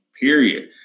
Period